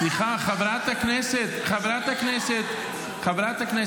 סליחה, חברת הכנסת, חברת הכנסת.